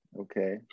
Okay